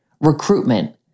recruitment